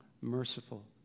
merciful